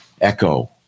echo